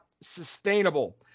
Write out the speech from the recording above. sustainable